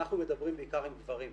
אנחנו מדברים בעיקר עם גברים,